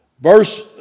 Verse